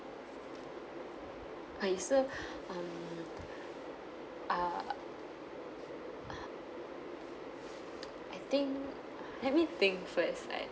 but it so um uh uh I think let me think first I